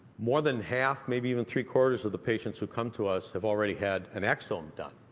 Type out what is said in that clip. more than half, maybe even three quarters of the patients who come to us have already had an exome done,